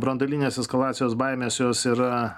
branduolinės eskalacijos baimės jos yra